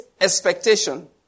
expectation